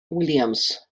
williams